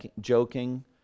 joking